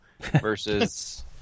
versus